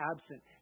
absent